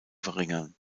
verringern